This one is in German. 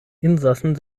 insassen